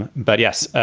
and but, yes,